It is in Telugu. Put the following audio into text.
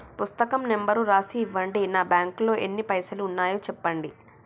పుస్తకం నెంబరు రాసి ఇవ్వండి? నా బ్యాంకు లో ఎన్ని పైసలు ఉన్నాయో చెప్పండి?